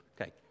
Okay